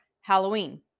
Halloween